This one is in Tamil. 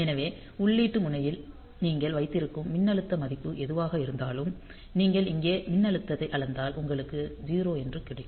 எனவே உள்ளீட்டு முனையில் நீங்கள் வைத்திருக்கும் மின்னழுத்த மதிப்பு எதுவாக இருந்தாலும் நீங்கள் இங்கே மின்னழுத்தத்தை அளந்தால் உங்களுக்கு 0 என்று கிடைக்கும்